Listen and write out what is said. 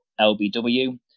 LBW